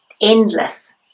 endless